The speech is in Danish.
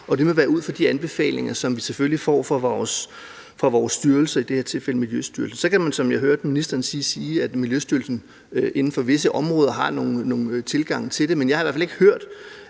være ud fra de anbefalinger, som vi får fra vores styrelse, i det her tilfælde Miljøstyrelsen. Så kan man, som jeg hørte ministeren nævne, sige, at Miljøstyrelsen inden for visse områder har nogle tilgange til det, man jeg har da i hvert fald ikke hørt,